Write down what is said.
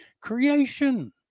creation